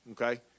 Okay